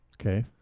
okay